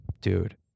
dude